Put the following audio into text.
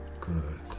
good